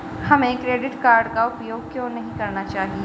हमें credit card का उपयोग क्यों नहीं करना चाहिए?